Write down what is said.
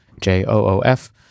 j-o-o-f